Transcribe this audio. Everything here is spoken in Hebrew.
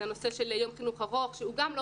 זה הנושא של יום חינוך ארוך שהוא גם לא